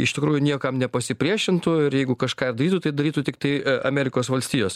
iš tikrųjų niekam nepasipriešintų ir jeigu kažką ir darytų tai darytų tiktai amerikos valstijos